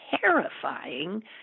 terrifying